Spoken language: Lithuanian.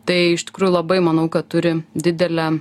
tai iš tikrųjų labai manau kad turi didelę